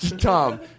Tom